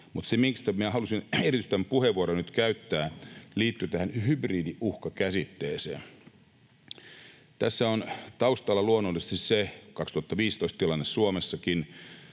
Mutta se, miksi minä halusin erityisesti tämän puheenvuoron nyt käyttää, liittyy tähän hybridiuhka-käsitteeseen. Tässä on taustalla luonnollisesti se vuoden 2015 tilanne Suomessakin: